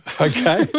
Okay